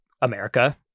America